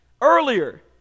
earlier